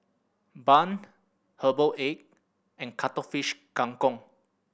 Bun Herbal Egg and Cuttlefish Kang Kong